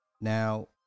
Now